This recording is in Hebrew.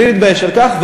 בלי להתבייש בכך,